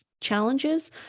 challenges